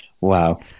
wow